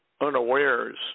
unawares